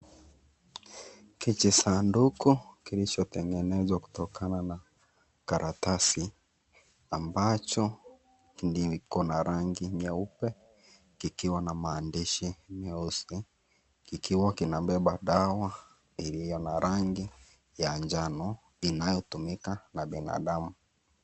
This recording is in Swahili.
Kijisanduku kilichotengenezwa kutokana na karatasi ambacho kiko na rangi nyeupe kikiwa na maandishi nyeusi kikiwa kinabeba dawa iliyo na rangi ya njano inayotumika na binadamu